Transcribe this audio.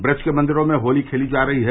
ब्रज के मंदिरों में होली खेली जा रही है